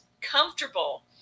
comfortable